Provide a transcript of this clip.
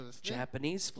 Japanese